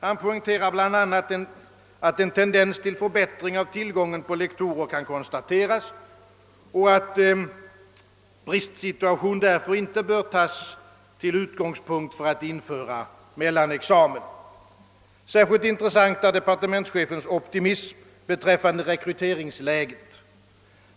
Han poängterar bl.a., att en tendens till förbättring av tillgången på lektorer kan konstateras och att en bristsituation därför inte bör tas till utgångspunkt för att införa mellanexamen. Särskilt intressant är departementschefens optimism beträffande rekryteringsläget.